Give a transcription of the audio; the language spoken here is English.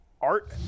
art